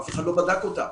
אף אחד לא בדק אותה.